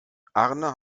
arne